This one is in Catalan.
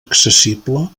accessible